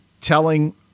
telling